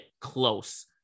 close